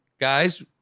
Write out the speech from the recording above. guys